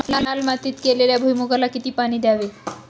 लाल मातीत केलेल्या भुईमूगाला किती पाणी द्यावे?